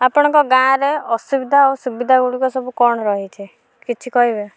ଆପଣଙ୍କ ଗାଁରେ ଅସୁବିଧା ଓ ସୁବିଧା ଗୁଡ଼ିକ କ'ଣ ରହିଛି କିଛି କହିବେ